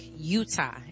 Utah